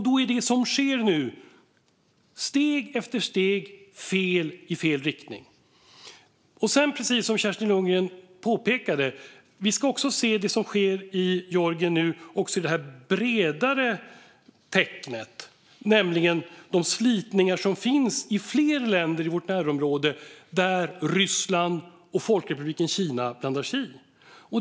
Då är det som nu sker steg för steg i fel riktning. Precis som Kerstin Lundgren påpekade ska vi också se det som nu sker i Georgien som en del av det bredare tecknet, nämligen de slitningar som finns i fler länder i vårt närområde där Ryssland och Folkrepubliken Kina blandar sig i.